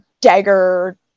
dagger